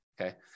okay